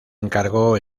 encargó